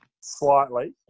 slightly